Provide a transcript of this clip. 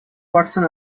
watson